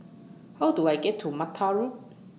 How Do I get to Mattar Road